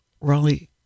raleigh